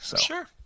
Sure